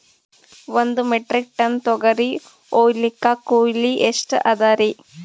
ಒಂದ್ metric ton ತೊಗರಿ ಹೋಯಿಲಿಕ್ಕ ಕೂಲಿ ಎಷ್ಟ ಅದರೀ?